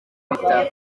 bitaro